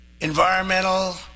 Environmental